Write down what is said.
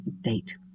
date